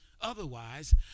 Otherwise